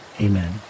Amen